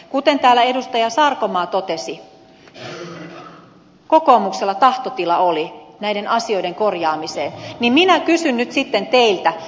kuten täällä edustaja sarkomaa totesi kokoomuksella tahtotila oli näiden asioiden korjaamiseen ja minä kysyn nyt sitten teiltä